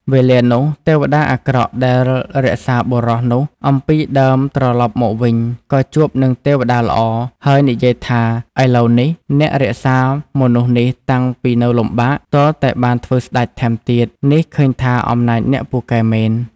វេលានោះទេវតាអាក្រក់ដែលរក្សាបុរស នោះអំពីដើមត្រឡប់មកវិញ ក៏ជួបនឹងទេវតាល្អហើយនិយាយថា “ឥឡូវនេះអ្នករក្សា មនុស្សនេះតាំងពីនៅលំបាក ទាល់តែបានធ្វើស្ដេចថែមទៀត នេះឃើញថាអំណាចអ្នកពូកែមែន។